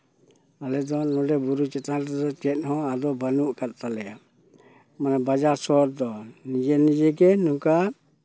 ᱟᱞᱮ ᱫᱚ ᱱᱚᱸᱰᱮ ᱵᱩᱨᱩ ᱪᱮᱛᱟᱱ ᱨᱮᱫᱚ ᱪᱮᱫ ᱦᱚᱸ ᱟᱫᱚ ᱵᱟᱹᱱᱩᱜ ᱟᱠᱟᱫ ᱛᱟᱞᱮᱭᱟ ᱱᱚᱣᱟ ᱵᱟᱡᱟᱨ ᱥᱚᱦᱚᱨ ᱫᱚ ᱱᱤᱡᱮ ᱱᱤᱡᱮ ᱜᱮ ᱱᱚᱝᱠᱟ